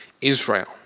Israel